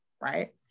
right